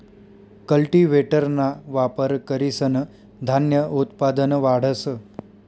कल्टीव्हेटरना वापर करीसन धान्य उत्पादन वाढस